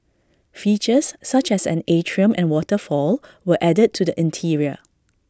features such as an atrium and waterfall were added to the interior